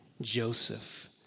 Joseph